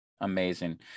Amazing